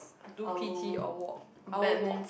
do p_t or walk I'll walk